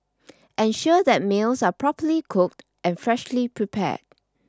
ensure that meals are properly cooked and freshly prepared